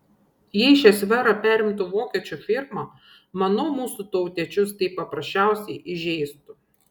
jei šią sferą perimtų vokiečių firma manau mūsų tautiečius tai paprasčiausiai įžeistų